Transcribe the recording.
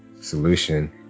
solution